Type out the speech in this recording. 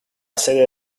sede